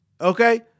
Okay